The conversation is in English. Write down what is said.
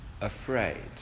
afraid